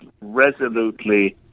resolutely